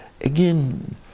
again